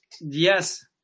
Yes